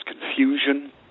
confusion